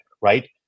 right